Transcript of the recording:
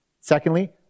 Secondly